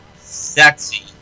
sexy